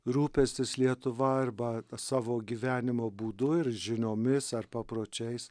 rūpestis lietuva arba savo gyvenimo būdu ir žiniomis ar papročiais